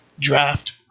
draft